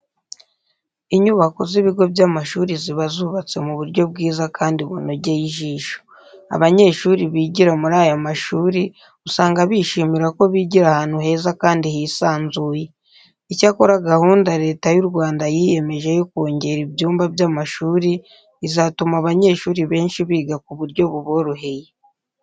Inyubako z'ibigo by'amashuri ziba zubatse mu buryo bwiza kandi bunogeye ijisho. Abanyeshuri bigira muri aya mashuri usanga bishimira ko bigira ahantu heza kandi hisanzuye. Icyakora gahunda Leta y'u Rwanda yiyemeje yo kongera ibyumba by'amashuri, izatuma abanyeshuri benshi biga ku buryo buboroheye.